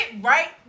right